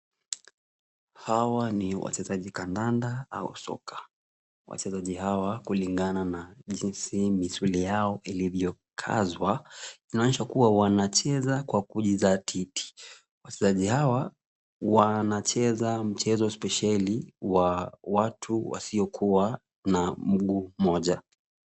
Hawa ni wachezaji kandanda au soka, wachezaji hawa kulingana na jinsi misuli yao ilivyokazwa inaonyesha kuwa wanacheza kwa kujizatiti, wachezaji hawa wanacheza mchezo spesheli wa watu wasiokuwa na mguu mmoja.